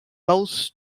most